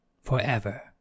forever